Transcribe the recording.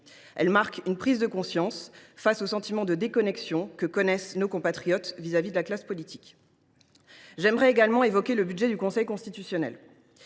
Elle marque une prise de conscience du sentiment de déconnexion que connaissent nos compatriotes vis à vis de la classe politique. J’aimerais également évoquer le budget du Conseil constitutionnel.